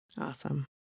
Awesome